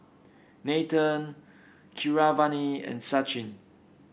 Nathan Keeravani and Sachin